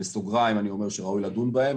בסוגריים אני אומר שראוי לדון בהם,